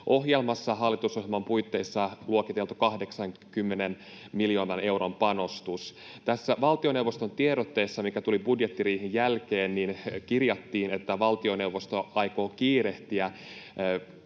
hallitusohjelman puitteissa luokiteltu 80 miljoonan euron panostus. Tässä valtioneuvoston tiedotteessa, mikä tuli budjettiriihen jälkeen, kirjattiin, että valtioneuvosto aikoo kiirehtiä